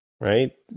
Right